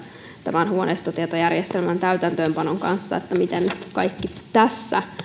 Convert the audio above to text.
tämän huoneistotietojärjestelmän täytäntöönpanon kanssa miten kaikki